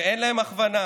ואין להם הכוונה.